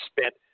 spent